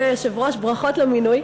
אדוני היושב-ראש, ברכות למינוי.